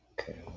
Okay